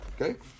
Okay